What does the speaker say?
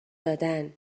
دادن